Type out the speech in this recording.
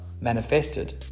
manifested